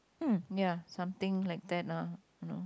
hmm ya something like that lah know